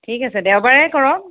ঠিক আছে দেওবাৰে কৰক